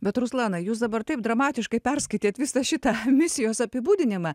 bet ruslanai jūs dabar taip dramatiškai perskaitėt visą šitą misijos apibūdinimą